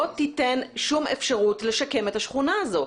לא תיתן שום אפשרות לשקם את השכונה הזאת.